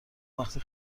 وقتی